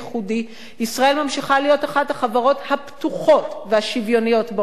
ישראל ממשיכה להיות אחת החברות הפתוחות והשוויוניות בעולם המערבי,